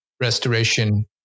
restoration